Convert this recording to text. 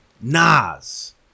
Nas